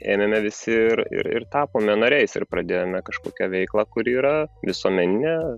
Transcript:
ėmėme visi ir ir ir tapome nariais ir pradėjome kažkokią veiklą kuri yra visuomeninė